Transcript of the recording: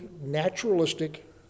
naturalistic